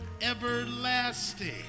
everlasting